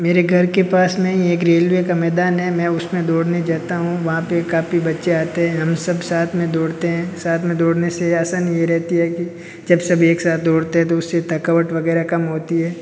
मेरे घर के पास में एक रेलवे का मैदान है मैं उसमें दौड़ने जाता हूँ वहाँ पे काफ़ी बच्चे आते है हम सब साथ में दौड़ते है साथ में दौड़ने से ऐसा नहीं रहती है कि जब सब एक साथ दौड़ते है तो उससे थकावट वगैरह कम होती है